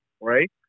right